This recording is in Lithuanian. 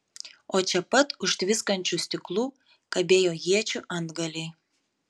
o čia pat už tviskančių stiklų kabėjo iečių antgaliai